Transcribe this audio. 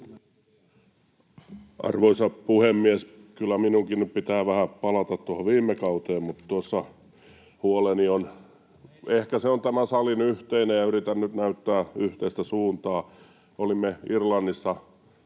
Arvoisa puhemies! Kyllä minunkin nyt pitää vähän palata tuohon viime kauteen. Tuossa huoleni on, ehkä se on tämän salin yhteinen, ja yritän nyt näyttää yhteistä suuntaa: Olimme Irlannissa